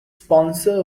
sponsor